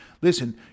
listen